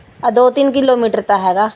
ਆ ਦੋ ਤਿੰਨ ਕਿਲੋਮੀਟਰ ਤਾਂ ਹੈਗਾ